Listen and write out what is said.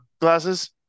glasses